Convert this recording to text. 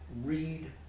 Read